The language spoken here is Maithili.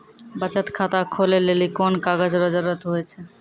बचत खाता खोलै लेली कोन कागज रो जरुरत हुवै छै?